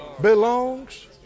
belongs